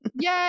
Yay